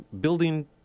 building